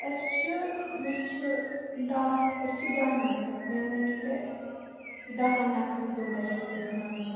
أسۍ چھِ مےٚ چھِ دہ أسۍ چھِ دہ نَفر مےٚ ؤنو تُہۍ دَہن نَفرن کوتاہ چھو تُہۍ ہیٚوان